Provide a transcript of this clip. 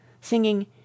singing